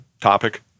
topic